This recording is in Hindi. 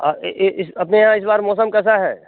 आप ने अपने यहाँ इस बार मौसम कैसा है